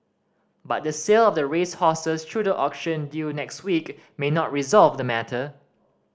but the sale of the racehorses through the auction due next week may not resolve the matter